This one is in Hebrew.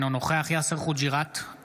אינו נוכח יאסר חוג'יראת,